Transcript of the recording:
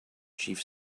chief